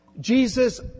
Jesus